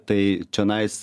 tai čionais